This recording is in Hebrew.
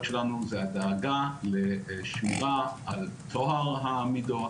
שלנו היא הדאגה לשמירה על טוהר המידות,